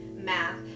math